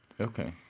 Okay